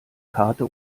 karte